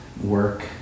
work